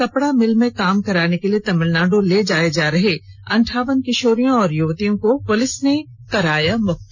कपड़ा मिल में काम कराने के लिए तमिलनाडू ले जाये जा रही अंठावन किशोरियों और युवतियों को पुलिस ने कराया मुक्त